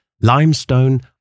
limestone